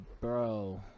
bro